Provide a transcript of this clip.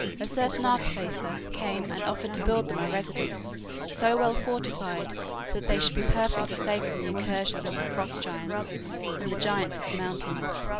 a certain artificer came and offered to build them a residence so well fortified that they should be perfectly safe from the incursions of the frost giants and the giants of the mountains.